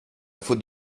faute